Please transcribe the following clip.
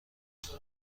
دهم